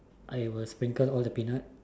I'll sprinkle all the peanut